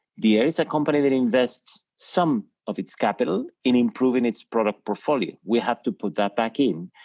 deere is a company that invests some of its capital in improving its product portfolio, we have to put that back in,